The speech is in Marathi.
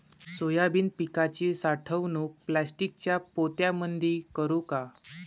सोयाबीन पिकाची साठवणूक प्लास्टिकच्या पोत्यामंदी करू का?